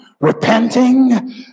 repenting